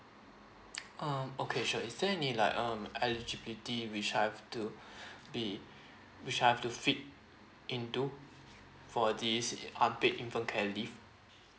um okay sure is there any like um eligibility which I've to be which I've to fit into for this unpaid infant care leave